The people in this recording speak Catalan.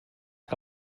que